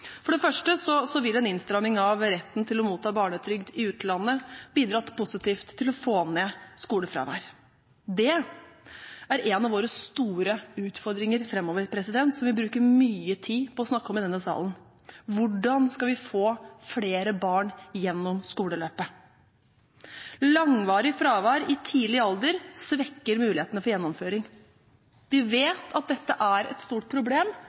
For det første vil en innstramming av retten til å motta barnetrygd i utlandet bidra positivt til å få ned skolefravær. Det er en av våre store utfordringer framover, som vi bruker mye tid på å snakke om i denne salen. Hvordan skal vi få flere barn gjennom skoleløpet? Langvarig fravær i tidlig alder svekker mulighetene for gjennomføring. Vi vet at dette er et stort problem